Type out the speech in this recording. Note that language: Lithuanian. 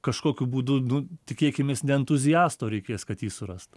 kažkokiu būdu nu tikėkimės ne entuziasto reikės kad jį surastų